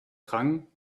drang